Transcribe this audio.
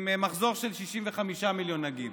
הוא עם מחזור של 65 מיליון, נגיד,